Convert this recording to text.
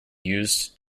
used